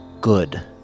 good